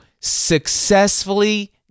successfully